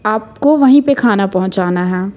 आपको वहीं पर खाना पहुंचाना है